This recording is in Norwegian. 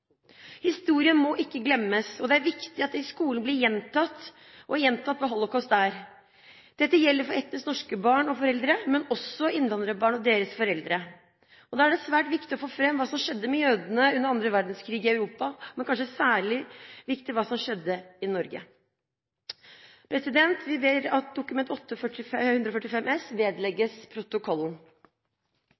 Historien må ikke glemmes, og det er viktig at det i skolen blir gjentatt og gjentatt hva holocaust er. Dette gjelder for etnisk norske barn og foreldre, men også for innvandrerbarn og deres foreldre. Da er det svært viktig å få fram hva som skjedde med jødene under den andre verdenskrig i Europa, men kanskje særlig viktig hva som skjedde i Norge. Vi ber om at Dokument 8:145 S vedlegges protokollen.